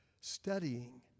Studying